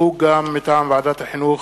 מסקנות ועדת החינוך,